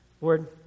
Lord